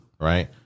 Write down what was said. right